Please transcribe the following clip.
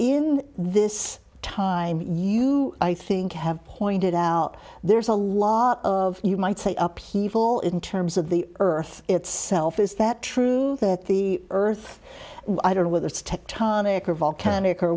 in this time you i think have pointed out there's a lot of you might say up he fall in terms of the earth itself is that truth that the earth